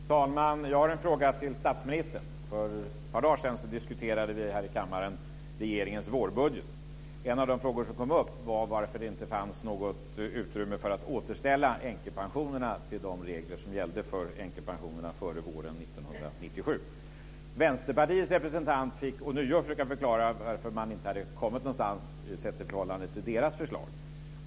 Fru talman! Jag har en fråga till statsministern. För ett par dagar sedan diskuterade vi här i kammaren regeringens vårbudget. En av de frågor som kom upp gällde varför det inte fanns något utrymme för att återställa de regler som gällde för änkpensionerna före våren 1997. Vänsterpartiets representant fick ånyo försöka förklara varför man inte hade kommit någonstans sett i förhållande till deras förslag.